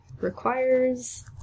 requires